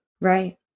Right